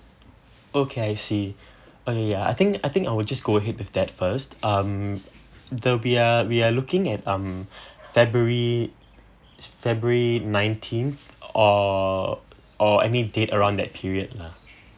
okay I see eh I think I think I'll just go ahead with that first um there'll be uh we're looking at um february s~ february nineteen or or any date around that period lah